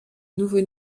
nouveau